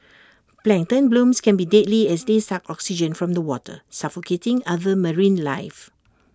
plankton blooms can be deadly as they suck oxygen from the water suffocating other marine life